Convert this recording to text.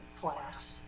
class